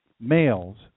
males